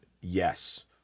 yes